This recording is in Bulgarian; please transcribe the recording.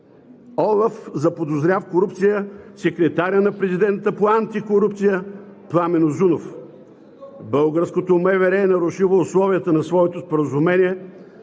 ОЛАФ заподозря в корупция секретаря на президента по антикорупция Пламен Узунов. Българското МВР е нарушило условията на своето споразумение